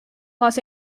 los